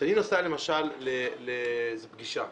כשאני נוסע, למשל, לפגישה,